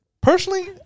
Personally